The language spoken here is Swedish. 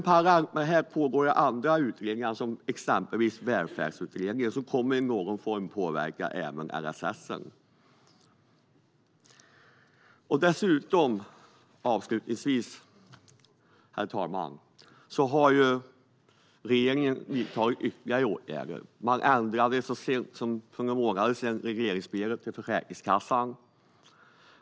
Parallellt pågår det också andra utredningar som till exempel Välfärdsutredningen som i någon form kommer att påverka även LSS. Herr talman! Avslutningsvis har regeringen vidtagit ytterligare åtgärder. Så sent som för några månader sedan ändrade man regleringsbrevet till Försäkringskassan.